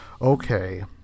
Okay